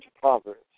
Proverbs